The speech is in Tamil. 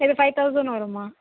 இது ஃபைவ் தௌசண்ட் வரும்மா